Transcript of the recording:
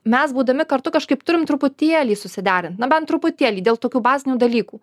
mes būdami kartu kažkaip turim truputėlį susiderint na bent truputėlį dėl tokių bazinių dalykų